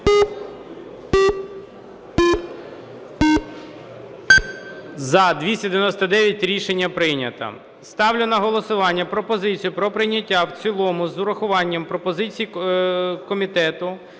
За-299 Рішення прийнято. Ставлю на голосування пропозицію про прийняття в цілому з урахуванням пропозицій комітету